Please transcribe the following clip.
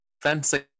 Fencing